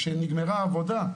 כשנגמרה העבודה,